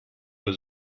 was